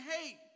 hate